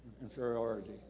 inferiority